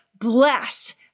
bless